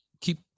keep